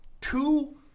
two